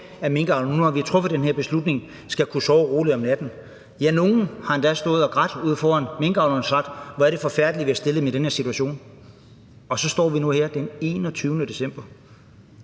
at minkavlerne skal kunne sove roligt om natten? Ja, nogle har endda stået og grædt ude foran minkavlerne og sagt, at hvor er det forfærdeligt, at vi har stillet dem i den her situation. Og så står vi nu her den 21. december,